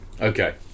Okay